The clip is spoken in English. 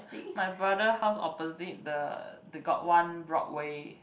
my brother house opposite the the got one Broadway